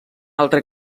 altra